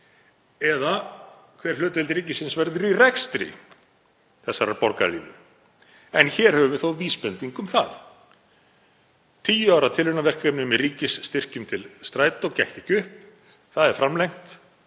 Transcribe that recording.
eða hver hlutdeild ríkisins verður í rekstri þessarar borgarlínu. En hér höfum við þó vísbendingu um það. Tíu ára tilraunaverkefni með ríkisstyrkjum til Strætó gekk ekki upp. Það er framlengt